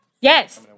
Yes